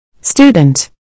Student